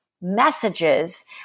messages